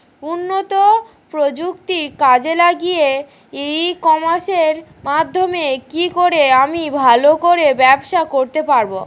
উন্নত প্রযুক্তি কাজে লাগিয়ে ই কমার্সের মাধ্যমে কি করে আমি ভালো করে ব্যবসা করতে পারব?